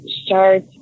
start